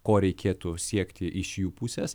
ko reikėtų siekti iš jų pusės